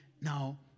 Now